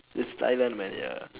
it's thailand man ya